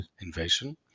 invasion